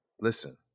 listen